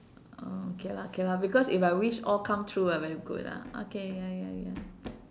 oh K lah K lah because if I wish all come true ah very good ah okay ya ya ya